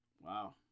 Wow